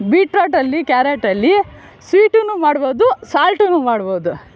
ಬೀಟ್ರೋಟಲ್ಲಿ ಕ್ಯಾರೆಟಲ್ಲಿ ಸ್ವೀಟುನು ಮಾಡಬಹುದು ಸಾಲ್ಟುನು ಮಾಡಬಹುದು